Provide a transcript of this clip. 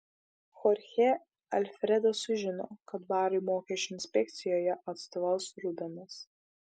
chorchė alfredas sužino kad barui mokesčių inspekcijoje atstovaus rubenas